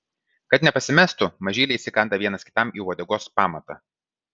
kad nepasimestų mažyliai įsikanda vienas kitam į uodegos pamatą